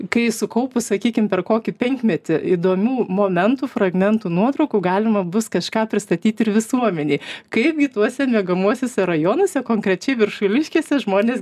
kai sukaupus sakykim per kokį penkmetį įdomių momentų fragmentų nuotraukų galima bus kažką pristatyt ir visuomenei kaip gi tuose miegamuosiuose rajonuose konkrečiai viršuliškėse žmonės